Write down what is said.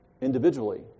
individually